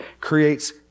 creates